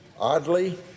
Oddly